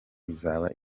izaba